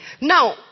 Now